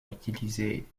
utiliser